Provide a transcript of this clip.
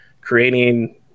creating